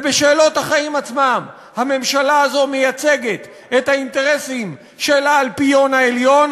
ובשאלות החיים עצמם הממשלה הזו מייצגת את האינטרסים של האלפיון העליון,